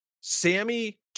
Sammy